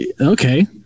Okay